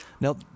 Now